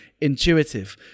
intuitive